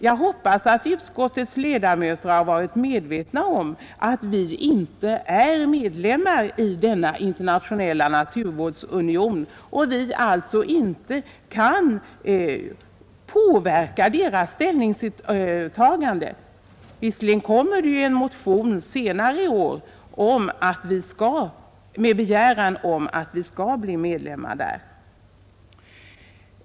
Jag hoppas att utskottets ledamöter har varit medvetna om att Sverige inte är medlem i den unionen och att vi inte kan påverka dess ställningstagande; senare i år behandlas dock en motion med begäran om att vi skall bli medlemmar där.